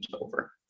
over